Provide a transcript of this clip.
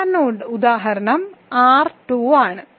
സാധാരണ ഉദാഹരണം R 2 ആണ്